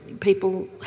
People